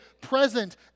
present